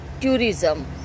tourism